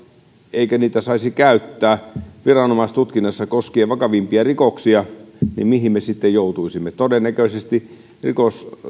eikä niitä saisi käyttää viranomaistutkinnassa koskien vakavimpia rikoksia niin mihin me sitten joutuisimme todennäköisesti rikosten